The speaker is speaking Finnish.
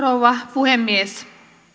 puhemies